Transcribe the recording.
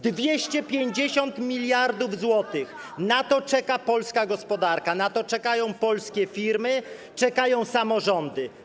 250 mld zł - na to czeka polska gospodarka, na to czekają polskie firmy, czekają samorządy.